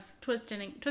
twisting